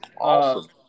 Awesome